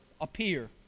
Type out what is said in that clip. appear